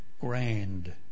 grand